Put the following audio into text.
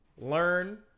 Learn